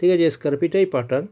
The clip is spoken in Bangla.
ঠিক আছে এসস্কারপিটাই পাঠান